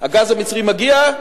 הגז המצרי מגיע,